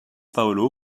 paolo